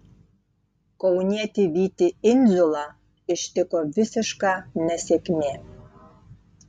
kaunietį vytį indziulą ištiko visiška nesėkmė